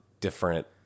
different